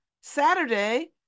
Saturday